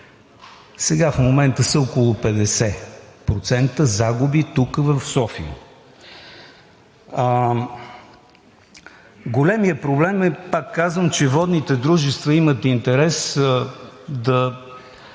сега в момента са около 50% загуби тук в София. Големият проблем е, пак казвам, че водните дружества имат интерес водата